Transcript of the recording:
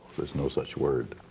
there's no such word.